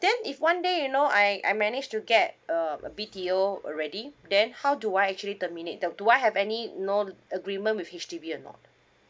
then if one day you know I I manage to get uh a B_T_O already then how do I actually terminate the do I have any no a~ agreement with H_D_B or not